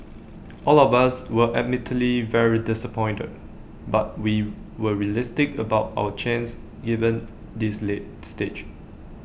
all of us were admittedly very disappointed but we were realistic about our chances given this late stage